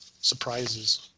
surprises